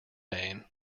name